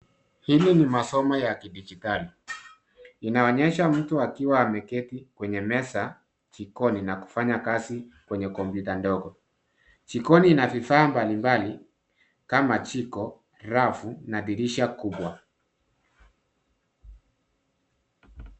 Hili ni masomo ya kidijitali. Inaonyesha mtu akiwa ameketi kwenye meza jikoni na kufanya kazi kwenye kompyuta ndogo. Jikoni ina vifaa mbalimbali kama jiko, rafu na dirisha kubwa.